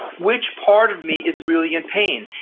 which part of me is really in pain?